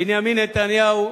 בנימין נתניהו,